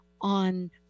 on